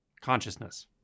Consciousness